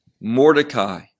Mordecai